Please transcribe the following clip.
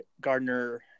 Gardner